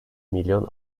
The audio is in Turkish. milyon